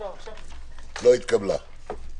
הצבעה ההסתייגות לא אושרה.